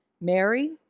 Mary